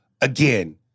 again